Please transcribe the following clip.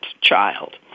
child